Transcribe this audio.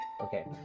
Okay